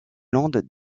landes